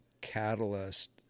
catalyst